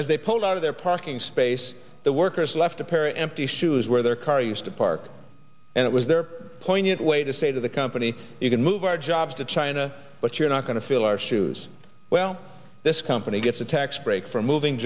as they pulled out of their parking space the workers left the pair empty shoes where their car used to park and it was their poignant way to say to the company you can move our jobs to china but you're not going to fill our shoes well this company gets a tax break for moving